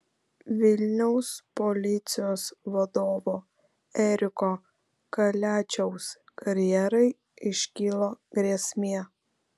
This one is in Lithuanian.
vilniaus policijos vadovo eriko kaliačiaus karjerai iškilo grėsmė